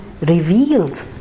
revealed